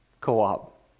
co-op